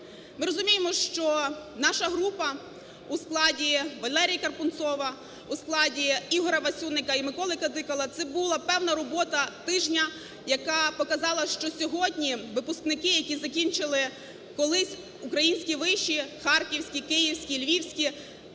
Ми розуміємо, що наша група у складі Валерія Карпунцова, у складі Ігоря Васюника і Миколи Кадикала – це була певна робота тижня, яка показала, що сьогодні випускники, які закінчили колись українські виші, харківські, київські, львівські,